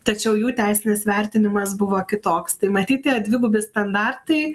tačiau jų teisinis vertinimas buvo kitoks tai matyt tie dvigubi standartai